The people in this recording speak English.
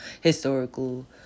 historical